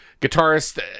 guitarist